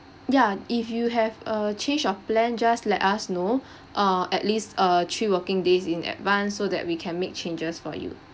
ya if you have a change of plan just let us know err at least err three working days in advanced so that we can make changes for you